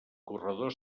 corredor